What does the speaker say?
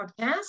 Podcast